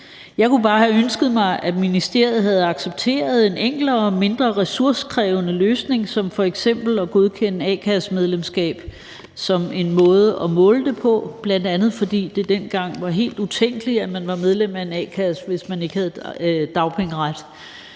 Jeg kunne bare have ønsket mig, at ministeriet havde accepteret en enklere og mindre ressourcekrævende løsning som f.eks. at godkende a-kasse-medlemskab som en måde at måle det på, bl.a. fordi det dengang var helt utænkeligt, at man var medlem af en a-kasse, hvis ikke man havde dagpengeret.